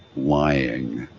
lying